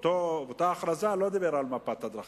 באותה הכרזה לא דיבר על מפת הדרכים,